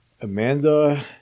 Amanda